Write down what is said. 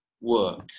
work